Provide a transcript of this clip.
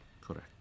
Correct